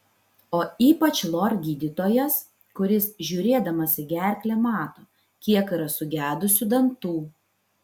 o ypač lor gydytojas kuris žiūrėdamas į gerklę mato kiek yra sugedusių dantų